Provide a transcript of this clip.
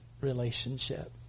relationship